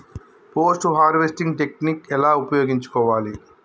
Post harvesting technique ఎలా ఉపయోగించుకోవాలి?